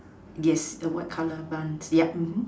yes the white colour plant yup